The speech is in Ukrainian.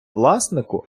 власнику